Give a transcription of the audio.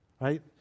right